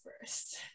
first